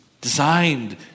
designed